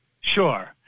Sure